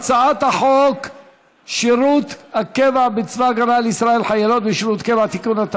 חוק שירות הקבע בצבא הגנה לישראל (חיילות בשירות קבע) (תיקון),